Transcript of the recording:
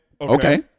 Okay